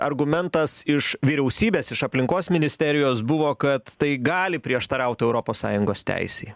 argumentas iš vyriausybės iš aplinkos ministerijos buvo kad tai gali prieštaraut europos sąjungos teisei